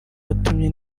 watumye